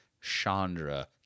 Chandra